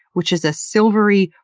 which is a silvery,